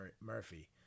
Murphy